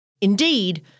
Indeed